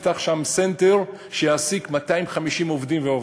תפתח סנטר שיעסיק 250 עובדים ועובדות,